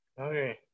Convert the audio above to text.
okay